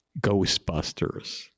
Ghostbusters